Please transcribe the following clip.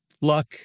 luck